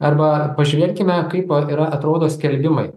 arba pažvelkime kaip yra atrodo skelbimai